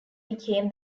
became